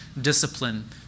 discipline